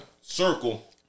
circle